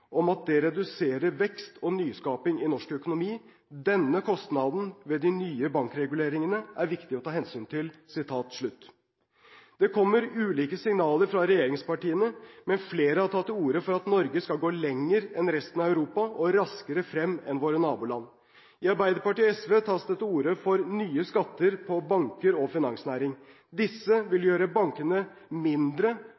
om at det reduserer vekst og nyskaping i norsk økonomi. Denne kostnaden ved de nye bankreguleringene er viktig å ta hensyn til.» Det kommer ulike signaler fra regjeringspartiene, men flere har tatt til orde for at Norge skal gå lenger enn resten av Europa, og raskere frem enn våre naboland. I Arbeiderpartiet og SV tas det til orde for nye skatter på banker og finansnæring. Disse vil